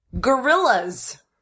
Gorillas